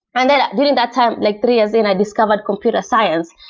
and then during that time, like three years in, i discovered computer science.